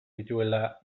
dituela